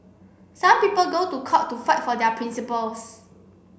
some people go to court to fight for their principles